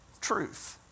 truth